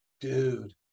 dude